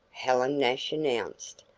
helen nash announced,